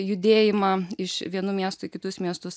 judėjimą iš vienų miestų į kitus miestus